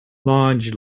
lodge